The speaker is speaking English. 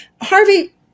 Harvey